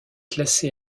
classé